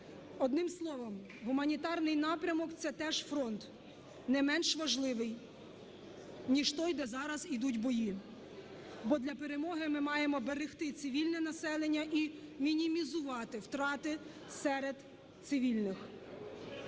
Одним словом, гуманітарний напрямок – це теж фронт не менш важливий, ніж той, де зараз ідуть бої, бо для перемоги ми маємо берегти цивільне населення і мінімізувати втрати серед цивільних.